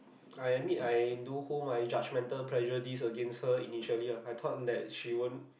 I admit I do hold my judgemental pressure this against her initially ah I thought that she won't